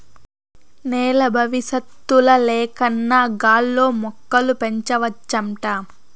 నేల బవిసత్తుల లేకన్నా గాల్లో మొక్కలు పెంచవచ్చంట